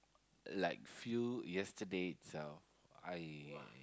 like few yesterday itself I